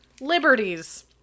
Liberties